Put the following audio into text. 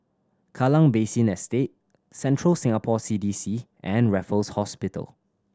Kallang Basin Estate Central Singapore C D C and Raffles Hospital